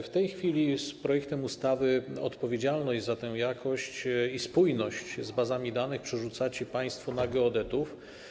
W tej chwili projektem ustawy odpowiedzialność za jakość i spójność z bazami danych przerzucacie państwo na geodetów.